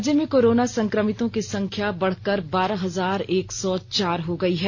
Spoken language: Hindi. राज्य में कोरोना संक्रमितों की संख्या बढ़कर बारह हजार एक सौ चार हो गयी है